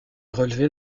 relevés